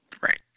Right